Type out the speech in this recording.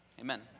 amen